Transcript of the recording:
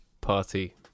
Party